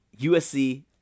USC